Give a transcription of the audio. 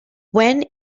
when